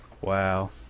wow